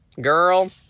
girl